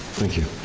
thank you,